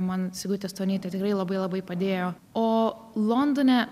man sigutė stonytė tikrai labai labai padėjo o londone